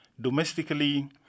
Domestically